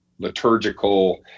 liturgical